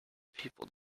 people